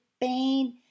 pain